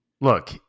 Look